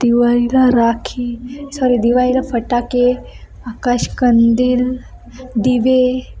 दिवाळीला राखी सॉरी दिवाळीला फटाके आकाशकंदील दिवे